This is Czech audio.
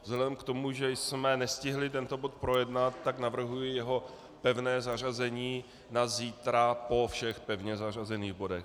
Vzhledem k tomu, že jsme nestihli tento bod projednat, navrhuji jeho pevné zařazení na zítra po všech pevně zařazených bodech.